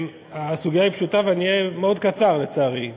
הסוגיה היא פשוטה, ואני אהיה מאוד קצר, לצערי.